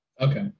okay